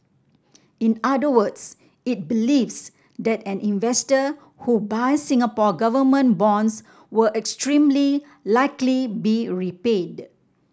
in other words it believes that an investor who buys Singapore Government bonds will extremely likely be repaid